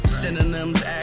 Synonyms